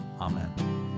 Amen